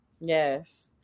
Yes